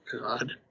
god